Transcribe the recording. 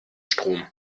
strom